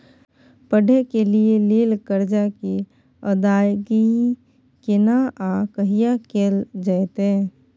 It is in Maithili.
पढै के लिए लेल कर्जा के अदायगी केना आ कहिया कैल जेतै?